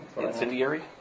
incendiary